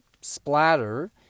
splatter